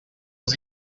els